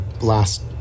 last